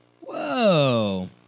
Whoa